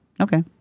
Okay